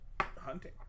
Hunting